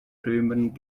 römern